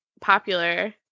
popular